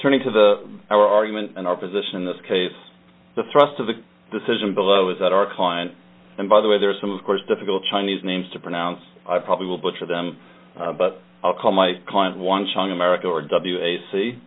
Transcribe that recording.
turning to the our argument and our position in this case the thrust of the decision below is that our client and by the way there are some of course difficult chinese names to pronounce i probably will vote for them but i'll call my client one song america or w a c